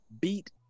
beat